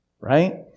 right